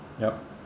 yup